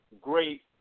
great